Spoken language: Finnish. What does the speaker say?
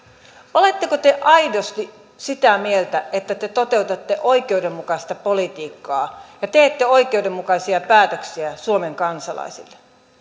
oletteko te aidosti sitä mieltä että te toteutatte oikeudenmukaista politiikkaa ja teette oikeudenmukaisia päätöksiä suomen kansalaisille